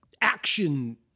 action